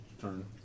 turn